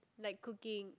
like cooking